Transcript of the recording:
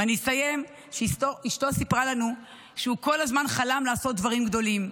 ואני אסיים שאשתו סיפרה לנו שהוא כל הזמן חלם לעשות דברים גדולים,